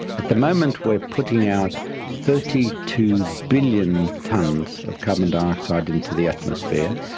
at the moment we're putting out thirty two billion tonnes of carbon dioxide into the atmosphere,